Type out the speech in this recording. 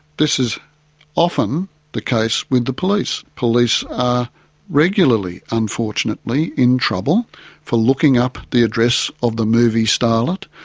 this is often the case with the police. police are regularly, unfortunately, in trouble for looking up the address of the movie starlet,